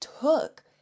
took